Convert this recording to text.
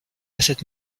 cette